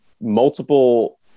multiple